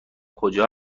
کجا